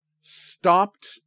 stopped